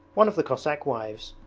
one of the cossack wives,